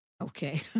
Okay